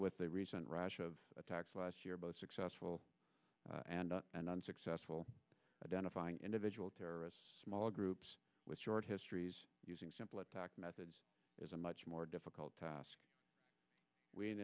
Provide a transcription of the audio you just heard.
with the recent rash of attacks last year both successful and and unsuccessful identifying individual terrorists small groups with short histories using simple attack methods is a much more difficult task w